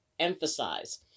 emphasize